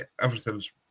Everything's